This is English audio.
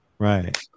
Right